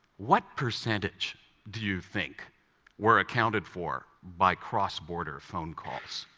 what percentage do you think were accounted for by cross-border phone calls?